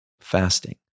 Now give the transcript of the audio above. fasting